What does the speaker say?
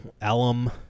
alum